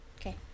Okay